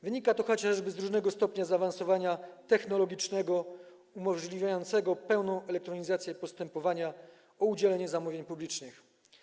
Wynika to chociażby z różnego stopnia zaawansowania technologicznego, umożliwiającego pełną elektronizację postępowania o udzielenie zamówienia publicznego.